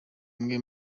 umwe